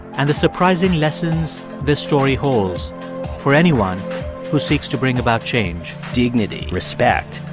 and the surprising lessons this story holds for anyone who seeks to bring about change dignity, respect.